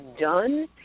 done